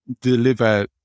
deliver